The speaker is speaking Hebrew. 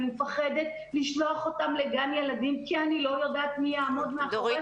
אני מפחדת לשלוח אותם לגן ילדים כי אני לא יודעת מי יעמוד מאחוי זה.